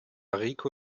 rico